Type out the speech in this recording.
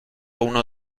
uno